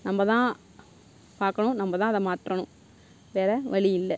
நம்மதான் பார்க்கணும் நம்மதான் அதை மாற்றணும் வேறு வழியில்ல